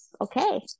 okay